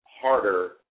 harder